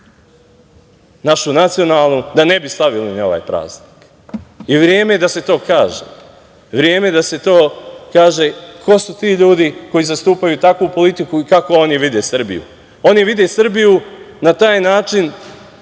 našu nacionalnu, da ne bi slavili ni ovaj praznik. Vreme je da se to kaže, vreme je da se kaže ko su ti ljudi koji zastupaju takvu politiku i kako oni vide Srbiju. Oni vide Srbiju na taj način,